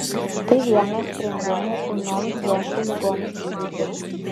tai vienas sprendimų ūmioms bronchų ligoms gydyti